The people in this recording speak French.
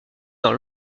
dans